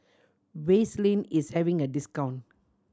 Vaselin is having a discount